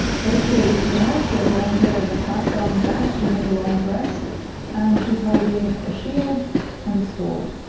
very clearly female, she has long hair in a plait down the back, has a long dress and she's holding a shield and a sword